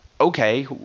okay